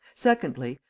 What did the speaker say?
secondly,